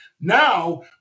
Now